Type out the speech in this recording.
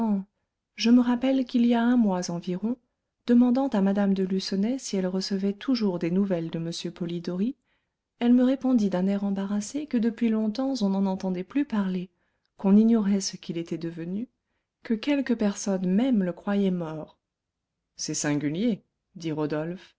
je me rappelle qu'il y a un mois environ demandant à mme de lucenay si elle recevait toujours des nouvelles de m polidori elle me répondit d'un air embarrassé que depuis longtemps on n'en entendait plus parler qu'on ignorait ce qu'il était devenu que quelques personnes même le croyaient mort c'est singulier dit rodolphe